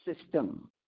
system